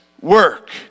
work